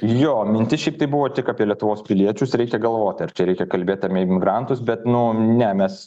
jo mintis šiaip tai buvo tik apie lietuvos piliečius reikia galvoti ar čia reikia kalbėt amie imigrantus bet nu ne mes